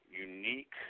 Unique